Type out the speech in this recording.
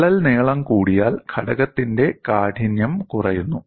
വിള്ളൽ നീളം കൂടിയാൽ ഘടകത്തിന്റെ കാഠിന്യം കുറയുന്നു